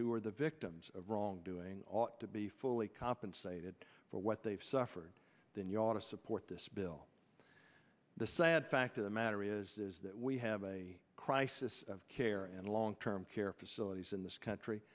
who are the victims of wrongdoing ought to be fully compensated for what they've suffered then you ought to support this bill the sad fact of the matter is is that we have a crisis of care and long term care facilities in this country